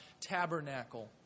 tabernacle